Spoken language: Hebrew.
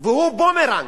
והוא בומרנג.